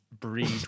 breed